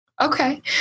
Okay